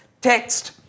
text